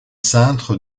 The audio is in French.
cintre